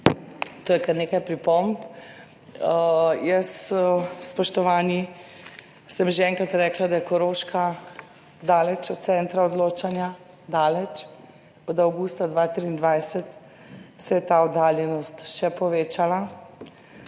To je kar nekaj pripomb. Jaz, spoštovani, sem že enkrat rekla, da je Koroška daleč od centra odločanja, daleč. Od avgusta 2023 se je ta oddaljenost še povečala.